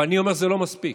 אבל אני אומר שזה לא מספיק,